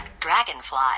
Dragonfly